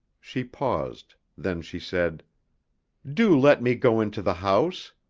she paused then she said do let me go into the house.